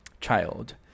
child